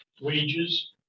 wages